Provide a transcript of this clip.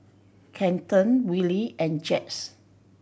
Kenton Willie and Jax